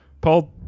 Paul